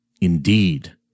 indeed